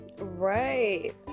Right